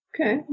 Okay